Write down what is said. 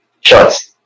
shots